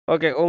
Okay